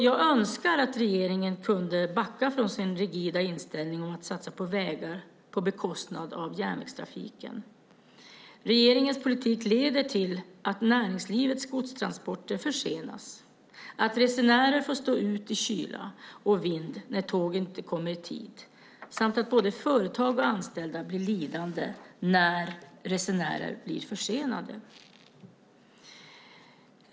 Jag önskar att regeringen kunde backa från sin rigida inställning att satsa på vägar på bekostnad av järnvägstrafiken. Regeringens politik leder till att näringslivets godstransporter försenas, att resenärer får stå ute i kyla och vind när tåg inte kommer i tid samt att både företag och anställda blir lidande när resenärer blir försenade.